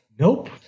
Nope